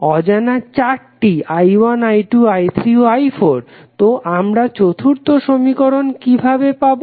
অজানা চারটি i1 i2 i3 ও i4 তো আমরা চতুর্থ সমীকরণ কিভাবে পাবো